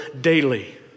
daily